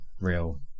real